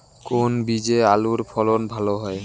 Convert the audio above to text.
কোন বীজে আলুর ফলন ভালো হয়?